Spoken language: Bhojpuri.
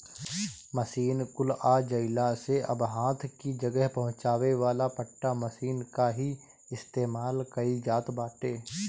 मशीन कुल आ जइला से अब हाथ कि जगह पहुंचावे वाला पट्टा मशीन कअ ही इस्तेमाल कइल जात बाटे